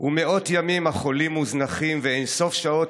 // ומאות ימים החולים מוזנחים / ואין-סוף שעות